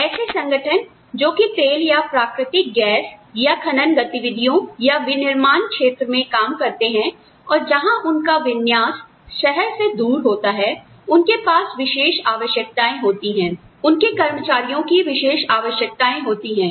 ऐसे संगठन जो कि तेल या प्राकृतिक गैस या खनन गतिविधियोंया विनिर्माण क्षेत्रमें काम करते हैं और जहां उनका विन्यास शहर से दूर होता है उनके पास विशेष आवश्यकताएं होती हैं उनके कर्मचारियों की विशेषआवश्यकताएं होती हैं